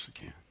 again